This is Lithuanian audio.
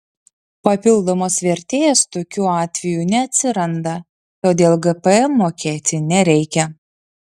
papildomos vertės tokiu atveju neatsiranda todėl gpm mokėti nereikia